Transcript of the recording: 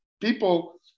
people